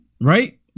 right